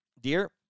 dear